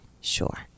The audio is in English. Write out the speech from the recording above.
Sure